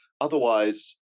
Otherwise